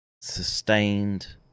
sustained